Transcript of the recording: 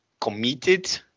committed